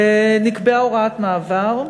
נקבעה הוראת מעבר.